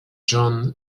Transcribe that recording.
john